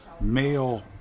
male